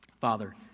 Father